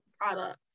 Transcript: product